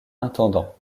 intendant